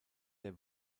der